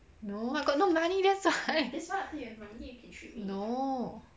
no I got no money that's why no